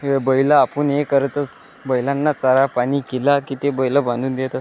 हे बैलं आपण हे करतच बैलांना चारा पाणी केलं की ते बैलं बांधून नेतात